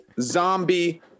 zombie